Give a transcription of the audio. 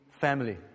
family